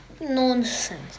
Nonsense